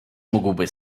mógłby